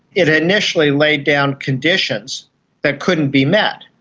it initially laid down conditions that couldn't be met,